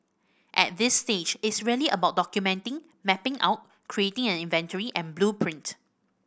at this stage it's really about documenting mapping out creating an inventory and blueprint